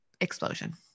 explosion